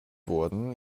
wurden